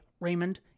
Raymond